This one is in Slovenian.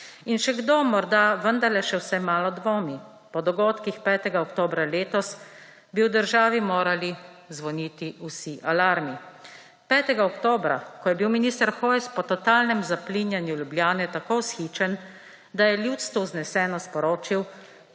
In če kdo morda vendarle še vsaj malo dvomi, po dogodkih 5. oktobra letos bi v državi morali zvoniti vsi alarmi. 5. oktobra, ko je bil minister Hojs po totalnem zaplinjanju Ljubljane tako vzhičen, da je ljudstvu vzneseno sporočil,